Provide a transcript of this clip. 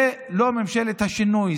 זה לא ממשלת השינוי,